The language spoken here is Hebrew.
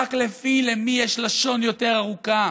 רק למי שיש לו לשון יותר ארוכה